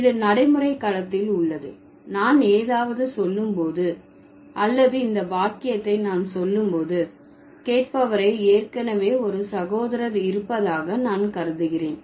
இது நடைமுறை களத்தில் உள்ளது நான் ஏதாவது சொல்லும் போது அல்லது இந்த வாக்கியத்தை நான் சொல்லும் போது கேட்பவரை ஏற்கனவே ஒரு சகோதரர் இருப்பதாக நான் கருதுகிறேன்